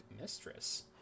mistress